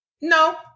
no